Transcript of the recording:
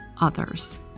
others